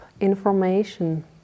information